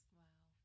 wow